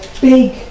big